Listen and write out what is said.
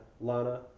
Lana